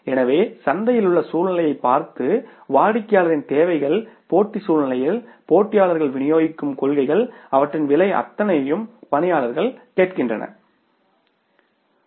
எனவே சந்தையில் உள்ள சூழ்நிலையைப் பார்த்து வாடிக்கையாளரின் தேவைகள் போட்டி சூழ்நிலையில் போட்டியாளர்கள் விநியோகிக்கும் கொள்கைகள் அவற்றின் விலை அத்தனையையும் பணியாளர்கள் கேட்கின்றனர்